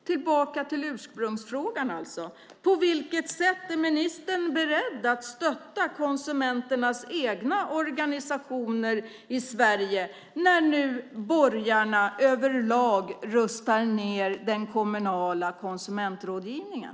Tillbaka till ursprungsfrågan alltså: På vilket sätt är ministern beredd att stötta konsumenternas egna organisationer i Sverige när nu borgarna överlag rustar ned den kommunala konsumentrådgivningen?